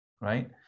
right